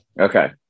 Okay